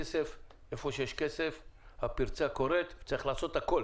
איפה שיש כסף הפרצה קוראת וצריך לעשות הכול